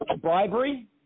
bribery